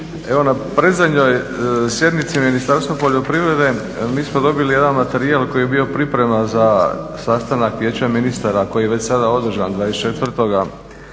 Evo na predzadnjoj sjednici Ministarstva poljoprivrede mi smo dobili jedan materijal koji je bio priprema za sastanak Vijeća ministara koji je već sada održan 24.